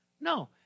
No